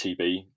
tb